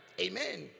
Amen